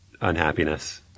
unhappiness